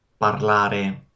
Parlare